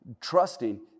trusting